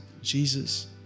Jesus